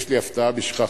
יש לי הפתעה בשבילך,